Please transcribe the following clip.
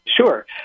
Sure